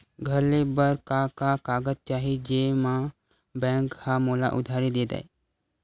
घर ले बर का का कागज चाही जेम मा बैंक हा मोला उधारी दे दय?